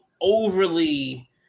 overly